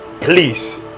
Please